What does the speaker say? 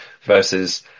versus